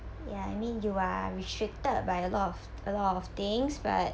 ya I mean you are restricted by a lot of a lot of things but